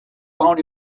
found